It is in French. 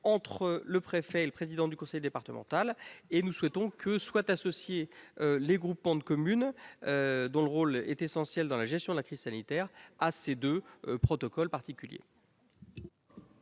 entre le préfet et le président du conseil départemental. Enfin, nous souhaitons que les groupements de communes, dont le rôle est essentiel dans la gestion de la crise sanitaire, soient associés à ces deux protocoles particuliers.